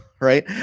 Right